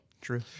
True